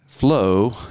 flow